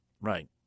Right